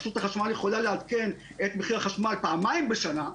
רשות החשמל יכולה לעדכן את מחיר החשמל פעמיים בשנה.